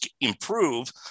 improve